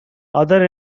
other